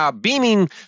beaming